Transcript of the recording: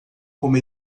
como